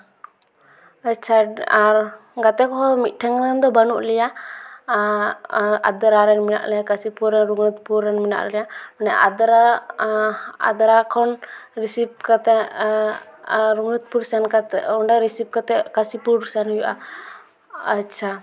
ᱟᱪᱪᱷᱟ ᱟᱨ ᱜᱟᱛᱮ ᱠᱚᱦᱚᱸ ᱢᱤᱫ ᱴᱮᱱ ᱫᱚ ᱵᱟᱹᱱᱩᱜ ᱞᱮᱭᱟ ᱟᱫᱽᱨᱟ ᱨᱮᱱ ᱢᱮᱱᱟᱜ ᱞᱮᱭᱟ ᱠᱟᱥᱤᱯᱩᱨ ᱨᱮᱱ ᱨᱚᱜᱷᱩᱱᱟᱛᱷᱯᱩᱨ ᱨᱮᱱ ᱢᱮᱱᱟᱜ ᱞᱮᱭᱟ ᱟᱫᱨᱟ ᱟᱫᱨᱟ ᱠᱷᱚᱱ ᱨᱤᱥᱤᱵ ᱠᱟᱛᱮ ᱨᱟᱹᱜᱷᱩᱱᱟᱛᱷᱯᱩᱨ ᱥᱮᱱ ᱠᱟᱛᱮ ᱚᱸᱰᱮ ᱨᱤᱥᱤᱵ ᱠᱟᱛᱮ ᱠᱟᱥᱤᱯᱩᱨ ᱥᱮᱱ ᱦᱩᱭᱩᱜᱼᱟ ᱟᱪᱪᱷᱟ